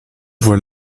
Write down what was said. voit